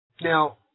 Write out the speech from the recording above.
Now